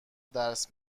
درس